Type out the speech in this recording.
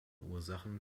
ursachen